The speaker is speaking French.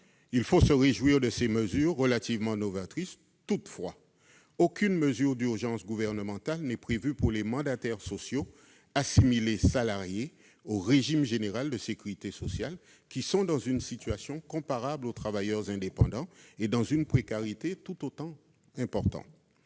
Il faut se réjouir de ces mesures relativement novatrices. Toutefois, aucune mesure d'urgence n'est prévue par le Gouvernement pour les mandataires sociaux assimilés à des salariés du régime général de la sécurité sociale, qui sont dans une situation comparable aux travailleurs indépendants et dans une précarité tout aussi importante.